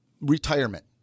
retirement